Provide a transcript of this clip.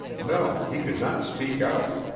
no, he could not speak out.